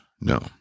No